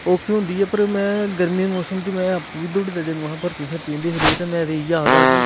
औख ते होंदी गै पर में गर्मी दे मौसम च में आपूं बी दौड़दा जदूं हा भर्थी शर्थी होंदी रेही ते में ते इ'यै आखगा कि